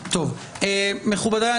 מכובדיי,